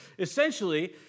Essentially